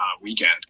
weekend